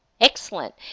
Excellent